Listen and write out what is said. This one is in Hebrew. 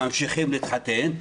ממשיכים להתחתן,